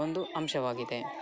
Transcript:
ಒಂದು ಅಂಶವಾಗಿದೆ